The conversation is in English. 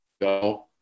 go